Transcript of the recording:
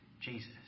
Jesus